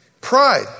Pride